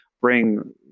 bring